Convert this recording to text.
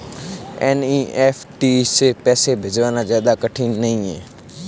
NEFT से पैसे भिजवाना ज्यादा कठिन नहीं है